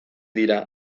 dira